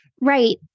right